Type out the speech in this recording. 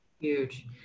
huge